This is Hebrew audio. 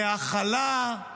להכלה,